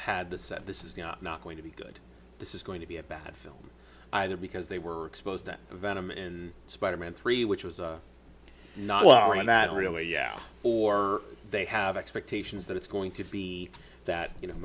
said this is not going to be good this is going to be a bad film either because they were exposed to the venom in spider man three which was not well and that really yeah or they have expectations that it's going to be that you know